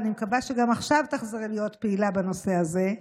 ואני מקווה שגם עכשיו תחזרי להיות פעילה בנושא הזה.